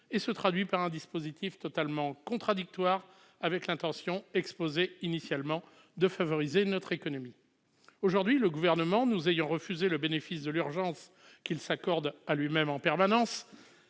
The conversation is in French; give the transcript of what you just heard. et se traduit par un dispositif totalement contradictoire avec l'intention exposée initialement de favoriser notre économie. Aujourd'hui, le Gouvernement nous ayant refusé le bénéfice de l'urgence qu'il s'accorde à lui-même en permanence,